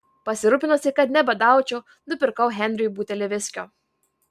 pasirūpinusi kad nebadaučiau nupirkau henriui butelį viskio